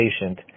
patient